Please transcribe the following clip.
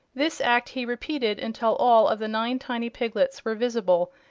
this act he repeated until all of the nine tiny piglets were visible,